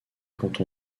quand